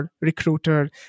recruiter